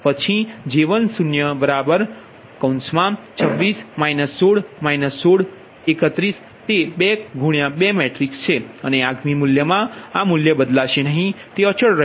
પછી J1026 16 16 31 તે 2 2 matrix છે અને આગામી મૂલ્યમાં આ મૂલ્ય બદલાશે નહીં તે અચલ રહેશે